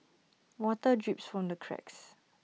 water drips from the cracks